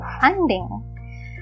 funding